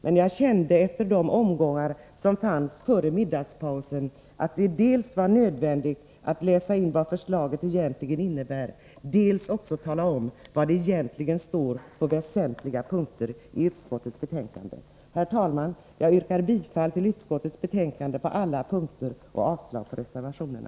Men efter de inlägg som gjordes före middagspausen kände jag att det var nödvändigt dels att läsa in vad förslaget egentligen innebär, dels också att tala om vad det egentligen står på väsentliga punkter i utskottets betänkande. Herr talman! Jag yrkar bifall till utskottets hemställan på alla punkter och avslag på reservationerna.